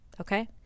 okay